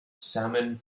salmon